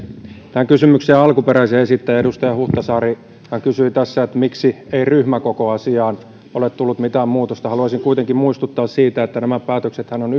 tämän kysymyksen alkuperäinen esittäjä edustaja huhtasaari kysyi tässä miksi ei ryhmäkokoasiaan ole tullut mitään muutosta haluaisin kuitenkin muistuttaa siitä että nämä päätöksethän on